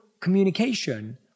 communication